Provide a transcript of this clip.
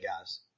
guys